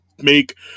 Make